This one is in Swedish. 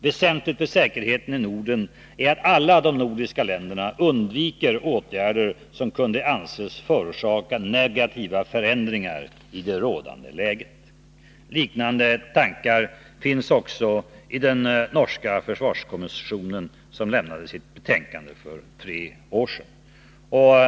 Väsentligt för säkerheten i Norden är att alla de nordiska länderna undviker åtgärder som kunde anses förorsaka negativa förändringar i det rådande läget.” Liknande tankar finns också i den norska försvarskommissionen, som lämnade sitt betänkande för tre år sedan.